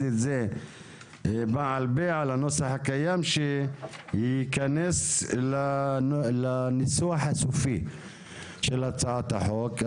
אותו והוא ייכנס לנוסח הסופי של הצעת החוק.